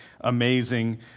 amazing